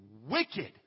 wicked